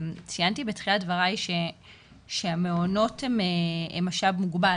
ציינתי בתחילת דבריי שהמעונות הם משאב מוגבל,